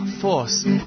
Force